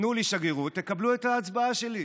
תנו לי שגרירות, תקבלו את ההצבעה שלי.